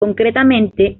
concretamente